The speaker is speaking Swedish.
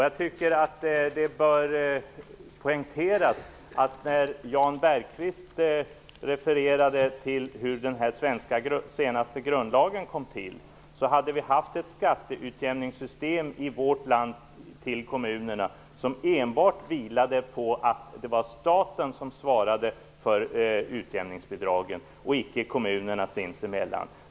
Jag tycker att det bör poängteras, i samband med att Jan Bergqvist refererar till hur den senaste svenska grundlagen kom till, att vi då hade haft ett skatteutjämningsystem i vårt land för kommunerna som enbart vilade på att det var staten som svarade för utjämningsbidragen och icke kommunerna sinsemellan.